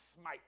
smite